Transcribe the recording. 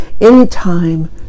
anytime